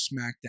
SmackDown